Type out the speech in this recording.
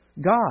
God